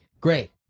great